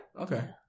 okay